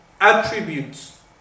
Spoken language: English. attributes